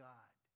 God